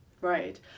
Right